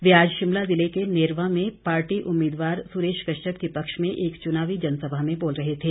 वे आज शिमला जिले के नेरवा में पार्टी उम्मीदवार सुरेश कश्यप के पक्ष में एक चुनावी जनसभा में बोल रहे थे